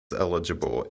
eligible